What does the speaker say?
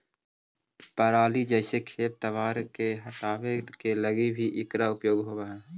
पराली जईसे खेप तवार के हटावे के लगी भी इकरा उपयोग होवऽ हई